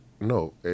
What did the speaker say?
No